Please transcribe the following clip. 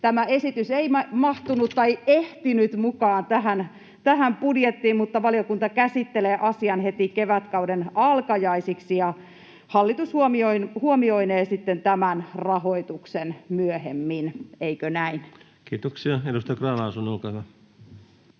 Tämä esitys ei mahtunut — tai ehtinyt — mukaan tähän budjettiin, mutta valiokunta käsittelee asian heti kevätkauden alkajaisiksi, ja hallitus huomioinee sitten tämän rahoituksen myöhemmin, eikö näin? Kiitoksia. —Edustaja Grahn-Laasonen,